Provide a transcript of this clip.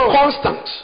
constant